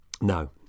No